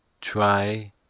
try